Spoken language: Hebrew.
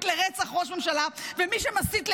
לרצח ראש ממשלה ומי שמסית לאי-ציות,